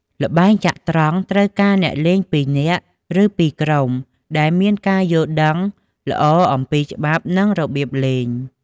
ល្បែងចត្រង្គត្រូវការអ្នកលេងពីរនាក់ ឬពីរជាក្រុម ដែលមានការយល់ដឹងល្អអំពីច្បាប់ និងរបៀបលេង។